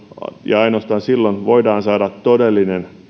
ja ainoastaan silloin voidaan saada todellinen